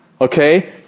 okay